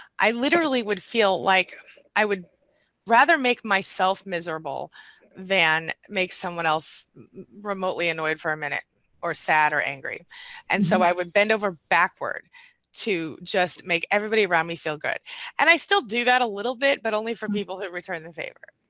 i literally would feel like i would rather make myself miserable than make someone else remotely annoyed for a minute or sad or angry and so i would bend over backward to just make everybody around me feel good and i still do that a little bit, but only for people who return the favor.